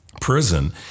prison